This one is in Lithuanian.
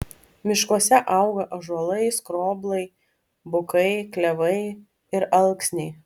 miškuose auga ąžuolai skroblai bukai klevai ir alksniai